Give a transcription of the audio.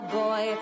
boy